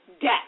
death